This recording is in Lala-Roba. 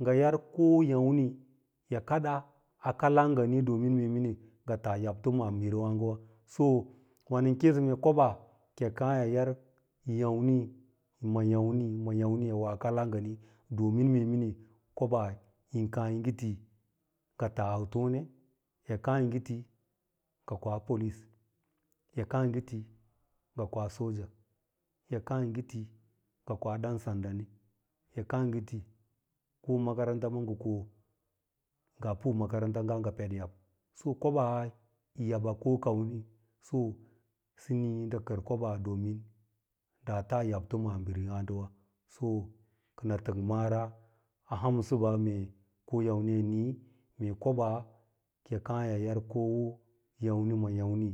ngɚ win hana yà mni yi kaɗaa kala ngani kit as yabto manbiriwa, so wa nɚn kii koɓaa ki yi kàà yi yàmm ma yamni ma amin yi woa kala ngani domin mee miniu kobas yin kàà yi ngɚ ti ngɚ ka tas coutone, yi kàà yi ti ngɚ koa police, yi kàà yi ngɚ ti yi koa soja yi kàà yi ngɚ ti ko makaranta ma ngɚ ko’o ngaa pu makaranta nga ngɚ ped yab kobaa yi yab a ko kani so ndɚ ni ndɚ kɚr kobaa da taa yabto maabiri yààdewa so kɚnɚ tɚng mara a hamsɚba mee koyàmni yi nii mee kobaa ki yi kàà yi yar ko yainni-ma ya’mni.